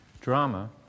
Drama